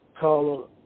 Call